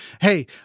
Hey